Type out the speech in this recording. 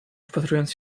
wpatrując